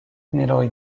miloj